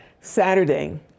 Saturday